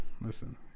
Listen